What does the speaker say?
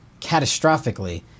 catastrophically